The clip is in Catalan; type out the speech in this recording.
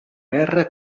guerra